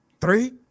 three